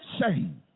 shame